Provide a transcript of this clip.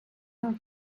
are